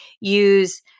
use